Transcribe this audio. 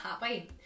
happy